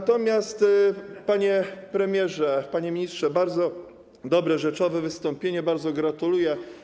Natomiast, panie premierze, panie ministrze, bardzo dobre, rzeczowe wystąpienie, bardzo gratuluję.